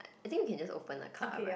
I think we can just open the card up right